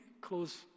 close